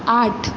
आठ